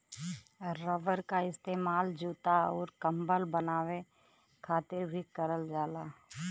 rubber क इस्तेमाल जूता आउर कम्बल बनाये खातिर भी करल जाला